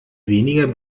weniger